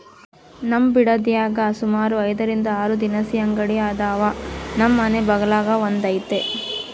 ನಮ್ ಬಿಡದ್ಯಾಗ ಸುಮಾರು ಐದರಿಂದ ಆರು ದಿನಸಿ ಅಂಗಡಿ ಅದಾವ, ನಮ್ ಮನೆ ಬಗಲಾಗ ಒಂದೈತೆ